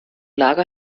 lage